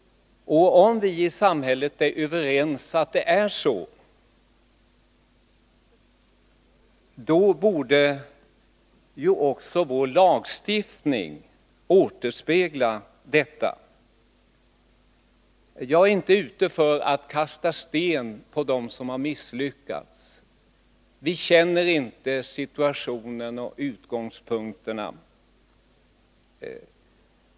Om vi är överens om att det är så, borde det också återspeglas i lagstiftningen. Jag är inte ute efter att kasta sten på dem som har misslyckats. Vi kan inte känna till skälen till att människor separerar.